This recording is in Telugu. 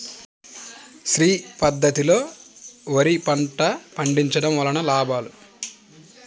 శ్రీ పద్ధతిలో వరి పంట పండించడం వలన లాభాలు?